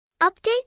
Update